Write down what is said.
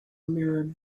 mirrored